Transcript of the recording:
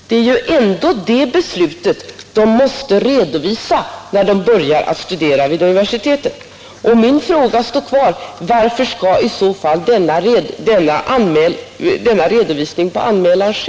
Det är ändå det beslutet de måste redovisa när de börjar att studera vid universiteten. Min fråga står kvar: Varför skall i så fall denna redovisning och anmälan ske?